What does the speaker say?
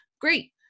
great